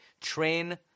train